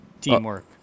teamwork